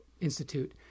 Institute